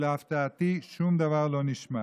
ולהפתעתי שום דבר לא נשמע.